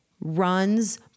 runs